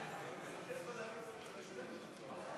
רגע.